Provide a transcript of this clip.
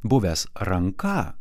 buvęs ranka